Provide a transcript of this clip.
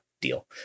deal